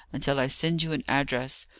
until i send you an address,